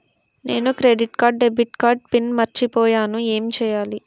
నేను credit card debit card pin మర్చిపోయేను ఎం చెయ్యాలి?